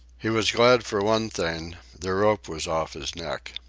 he was glad for one thing the rope was off his neck.